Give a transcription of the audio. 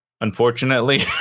unfortunately